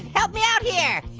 help me out here.